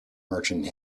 merchant